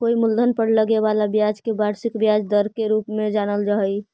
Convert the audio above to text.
कोई मूलधन पर लगे वाला ब्याज के वार्षिक ब्याज दर के रूप में जानल जा हई